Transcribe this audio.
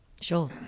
Sure